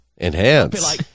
Enhance